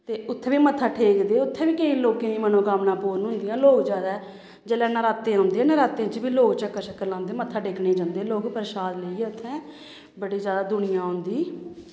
ते उत्थें बी मत्था टेकदे उत्थें बी केईं लोकें दियां मनोकामनां पूरियां होंदियां लोग ज्यादा जेल्लै नरात्ते औंदे नरात्तें च बी लोग चक्कर शक्कर लांदे मत्था टेकने गी जंदे लोग प्रशाद लेइयै उत्थें बड़ी ज्यादा दुनियां औंदी